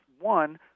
one